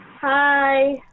Hi